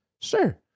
Sure